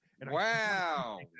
Wow